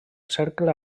cercle